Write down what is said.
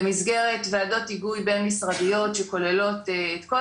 במסגרת ועדות היגוי בין משרדיות שכוללות את כל